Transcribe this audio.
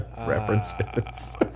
references